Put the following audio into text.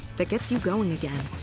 that gets you going again.